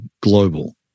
global